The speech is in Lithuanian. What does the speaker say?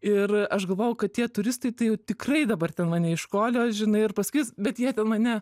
ir aš galvojau kad tie turistai tai jau tikrai dabar ten mane iškolios žinai ir pasakys bet jie ten mane